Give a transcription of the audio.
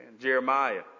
Jeremiah